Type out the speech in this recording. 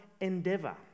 endeavor